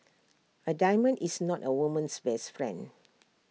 A diamond is not A woman's best friend